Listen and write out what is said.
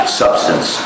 substance